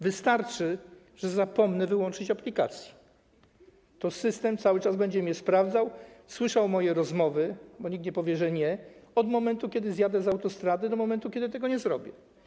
Wystarczy, że zapomnę wyłączyć aplikację, a system cały czas będzie mnie sprawdzał, słyszał moje rozmowy - bo nikt nie powie, że nie - od momentu, kiedy zjadę z autostrady, do momentu, kiedy tego nie zrobię.